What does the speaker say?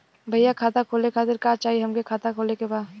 भईया खाता खोले खातिर का चाही हमके खाता खोले के बा?